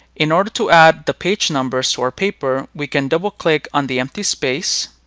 in order to add the page numbers to our paper, we can double click on the empty space.